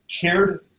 cared